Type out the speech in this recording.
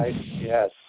Yes